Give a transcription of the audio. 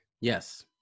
Yes